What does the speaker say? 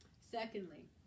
Secondly